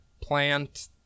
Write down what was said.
plant